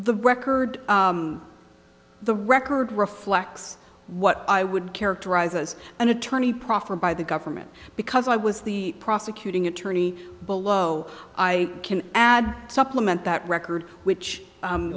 the record the record reflects what i would characterize as an attorney proffered by the government because i was the prosecuting attorney below i can add supplement that record which